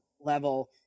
level